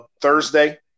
Thursday